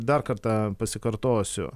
dar kartą pasikartosiu